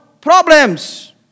problems